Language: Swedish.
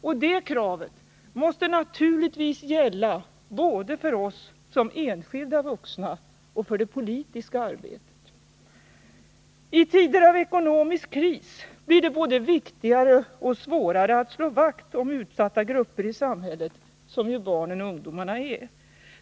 Och det kravet måste naturligtvis gälla både för oss som enskilda vuxna och för det politiska arbetet. I tider av ekonomisk kris blir det både viktigare och svårare att slå vakt om utsatta grupper i samhället, som ju barnen och ungdomarna är.